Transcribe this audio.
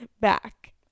back